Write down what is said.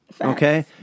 Okay